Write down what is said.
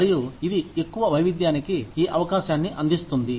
మరియు ఇది ఎక్కువ వైవిధ్యానికి ఈ అవకాశాన్ని అందిస్తుంది